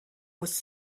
was